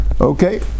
Okay